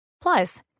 Plus